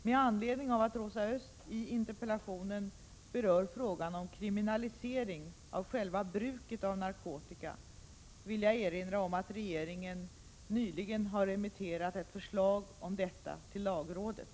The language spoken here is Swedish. Med anledning av att Rosa Östh i interpellationen berör frågan om kriminalisering av själva bruket av narkotika vill jag erinra om att regeringen nyligen har remitterat ett förslag om detta till lagrådet.